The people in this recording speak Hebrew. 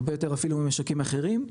הרבה יותר אפילו ממשקים אחרים,